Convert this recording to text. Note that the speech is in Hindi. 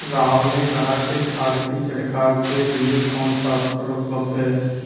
राहुल ने कहा कि खाद की छिड़काव के लिए कौन सा उपकरण उपलब्ध है?